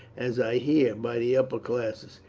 as i hear, by the upper classes.